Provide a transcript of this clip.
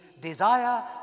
desire